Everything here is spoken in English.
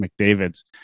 McDavid's